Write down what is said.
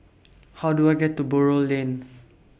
How Do I get to Buroh Lane